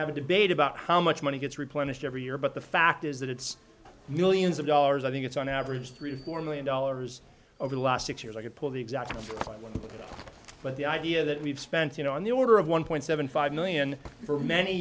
have a debate about how much money gets replenished every year but the fact is that it's millions of dollars i think it's on average three four million dollars over the last six years i could pull the exact one but the idea that we've spent you know on the order of one point seven five million for many